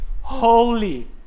holy